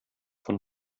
von